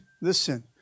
listen